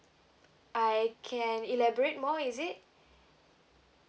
I can elaborate more is it